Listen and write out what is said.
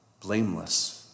blameless